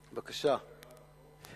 זו עבירה על החוק?